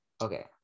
Okay